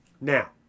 Now